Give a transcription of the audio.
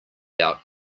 out